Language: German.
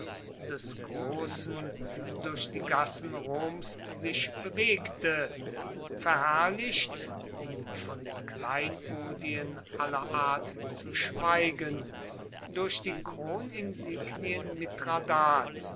des großen durch die gassen roms sich bewegte verherrlicht um von den kleinodien aller art zu schweigen durch die kroninsignien mithradats